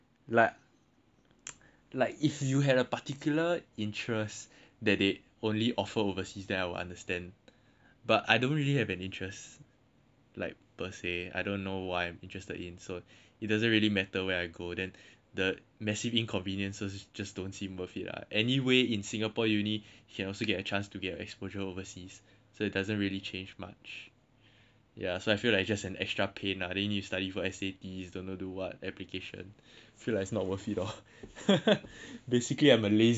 like if you had a particular interest that they only offer overseas then I would understand but I don't really have an interest like per se I dont know what I'm interested in so it doesn't really matter where I go then the massive inconviences just don't seem worth it lah anyway in Singapore uni here also get a chance to get exposure overseas so doesn't really change much ya so I feel like extra pain then you study for S_A_T don't know do what application feels like it's not worth it all basically I'm a lazy piece of shit lah